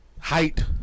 Height